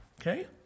Okay